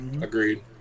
agreed